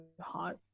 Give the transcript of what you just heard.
hot